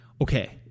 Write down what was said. Okay